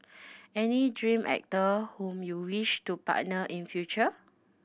any dream actor whom you wish to partner in future